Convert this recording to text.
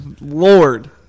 lord